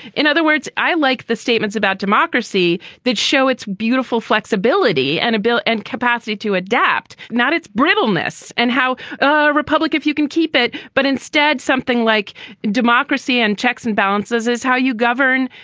in other words, i like the statements about democracy that show its beautiful flexibility and a bill and capacity to adapt, not its brittleness. and how a republic if you can keep it, but instead something like democracy and checks and balances is how you govern.